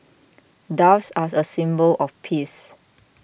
doves are a symbol of peace